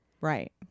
Right